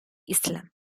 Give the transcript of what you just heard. islam